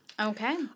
Okay